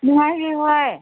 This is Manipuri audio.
ꯅꯨꯡꯉꯥꯏꯔꯤ ꯍꯣꯏ